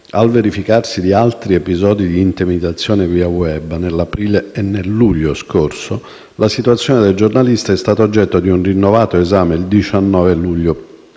al verificarsi di altri episodi di intimidazione via *web*, nell'aprile e nel luglio scorso, la situazione del giornalista è stata oggetto di un rinnovato esame il 19 luglio